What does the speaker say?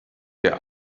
der